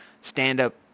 Stand-up